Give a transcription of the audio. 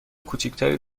کوچکتری